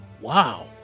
wow